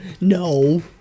No